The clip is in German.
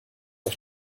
auf